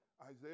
Isaiah